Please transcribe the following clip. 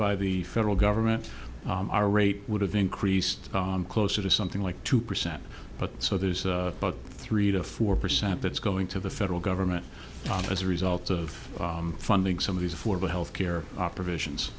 by the federal government our rate would have increased closer to something like two percent but so there's about three to four percent that's going to the federal government as a result of funding some of these for the health care operations